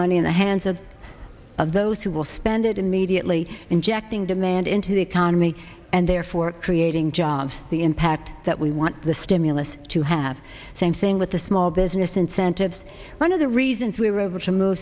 money in the hands of those who will spend it immediately injecting demand into the economy and therefore creating jobs the impact that we want the stimulus to have same thing with the small business incentives one of the reasons we were over to move